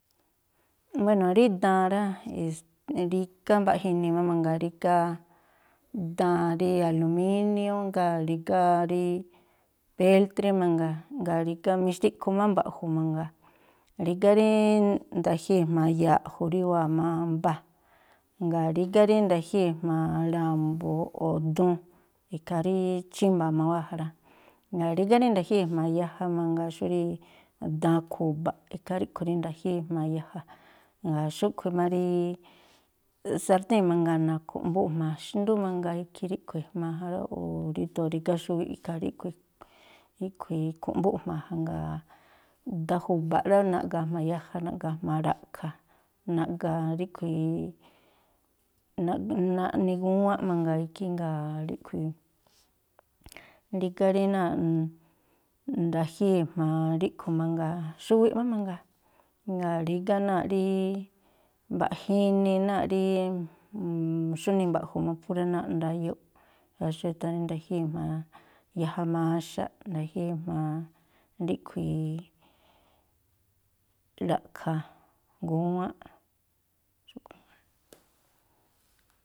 Wéno̱ rí daan rá, rígá mbaꞌja inii má mangaa, rígá daan rí alumíniú, jngáa̱ rígá rí péltrí mangaa jngáa̱ rígá mixtiꞌkhu má mba̱ꞌju̱ mangaa. Rígá rí nda̱jíi̱ jma̱a ya̱ꞌju̱ rí wáa̱ má mbaa̱. Jngáa̱ rígá rí nda̱jíi̱ jma̱a ra̱mbu̱ o̱ duun, ikhaa rí chímba̱a̱ má wáa̱ ja rá. Jngáa̱ rígá rí nda̱jíi̱ jma̱a yaja mangaa xú rí daan khu̱ba̱ꞌ, ikhaa ríꞌkhui̱ rí nda̱jíi̱ jma̱a yaja, jngáa̱ xúꞌkhui̱ má rí sartíi̱n mangaa, na̱khu̱ꞌmbúꞌ jma̱a xndú mangaa. Ikhí ríꞌkhui̱ ejmaa ja rá, ó ríndo̱o rígá xuwiꞌ, ikhaa ríꞌkhui̱ ríꞌkhui̱ i̱khu̱ꞌmbúꞌ jma̱a ja. Jngáa̱ daan ju̱ba̱ꞌ rá, naꞌga̱a̱ jma̱a yaja, naꞌga̱a̱ jma̱a ra̱ꞌkha̱, naꞌga̱a̱ ríꞌkhui̱, naꞌni gúwánꞌ mangaa ikhí, jngáa̱ ríꞌkhui̱, rígá rí náa̱ꞌ nda̱jíi̱ jma̱a ríꞌkhui̱ mangaa, xuwiꞌ má mangaa, jngáa̱ rígá náa̱ꞌ rí mbaꞌja inii náa̱ꞌ rí xújnii mba̱ꞌju̱ má phú rí náa̱ꞌ ndayóo̱ꞌ. Ikhaa xú e̱tha̱ rí nda̱jíi̱ jma̱a yaja maxaꞌ, nda̱jíi̱ jma̱a ríꞌkhui̱ ra̱ꞌkha̱, gúwánꞌ.